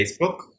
Facebook